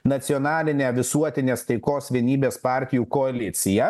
nacionalinę visuotinės taikos vienybės partijų koaliciją